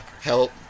help